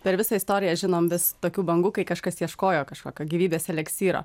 per visą istoriją žinom vis tokių bangų kai kažkas ieškojo kažkokio gyvybės eleksyro